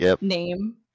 name